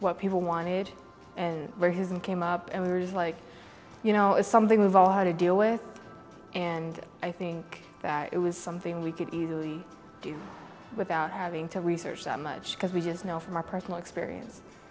what people wanted and where his him came up and we were just like you know it's something we've all had to deal with and i think it was something we could easily do without having to research that much because we just know from our personal experience